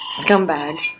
scumbags